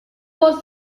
was